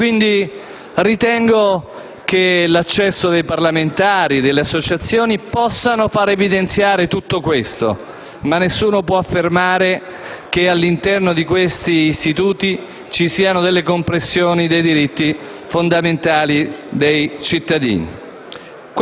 CIE. Quindi ritengo che l'accesso dei parlamentari e delle associazioni possa far evidenziare tutto questo, ma nessuno può affermare che all'interno di questi istituti ci siano delle compressioni dei diritti fondamentali dei cittadini.